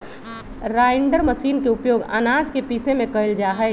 grinder machine के उपयोग आनाज के पीसे में कइल जाहई